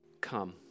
Come